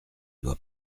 doit